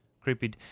Creepy